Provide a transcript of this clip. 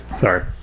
Sorry